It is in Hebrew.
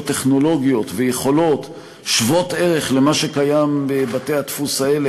טכנולוגיות ויכולות שוות ערך למה שקיים בבתי-הדפוס האלה,